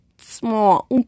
small